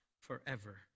forever